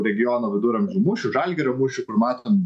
regiono viduramžių mūšių žalgirio mūšių kur matom